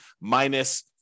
minus